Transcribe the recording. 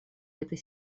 этой